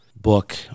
book